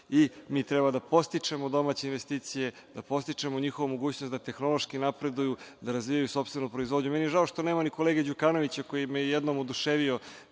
i mi treba da podstičemo domaće investicije, da podstičemo njihovu mogućnost da tehnološki napreduju, da razvijaju sopstvenu proizvodnju. Meni je žao što nema ni kolege Đukanovića koji me je jednom oduševio,